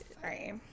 Sorry